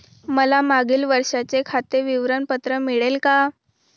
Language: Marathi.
मला मागील वर्षाचे खाते विवरण पत्र मिळेल का?